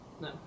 No